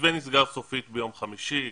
המתווה נסגר סופית ביום חמישי.